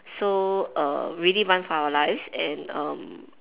so err really run for our lives and um